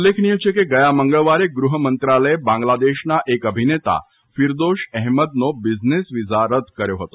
ઉલ્લેખનીય છે કે ગયા મંગળવારે ગ્રહમંત્રાલયે બાંગ્લાદેશના એક અભિનેતા ફીરદોશ અહેમદનો બિઝનેસ વિઝા રદ કર્યો હતો